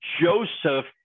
Joseph